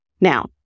Now